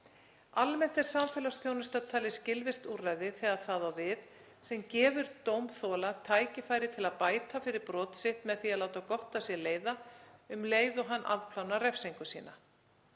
Almennt er samfélagsþjónusta talið skilvirkt úrræði þegar það á við, sem gefur dómþola tækifæri til að bæta fyrir brot sitt með því að láta gott af sér leiða um leið og hann afplánar refs¬ingu sína.